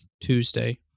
Tuesday